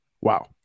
Wow